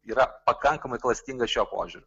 yra pakankamai klastinga šiuo požiūriu